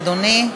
אדוני.